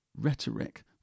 rhetoric